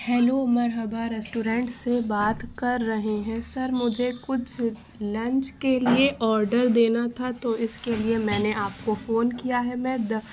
hello مرحبا restaurant سے بات کر رہے ہیں سر مجھے کچھ لنچ کے لیے آڈر دینا تھا تو اس کے لیے میں نے آپ کو فون کیا ہے میں